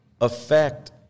affect